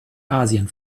asien